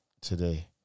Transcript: today